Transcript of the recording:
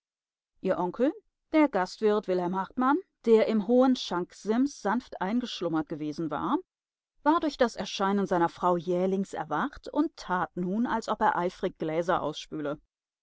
ihr onkel der gastwirt wilhelm hartmann der im hohen schanksims sanft eingeschlummert gewesen war war durch das erscheinen seiner frau jählings erwacht und tat nun als ob er eifrig gläser ausspüle